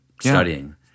studying